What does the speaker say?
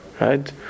Right